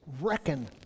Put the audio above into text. reckon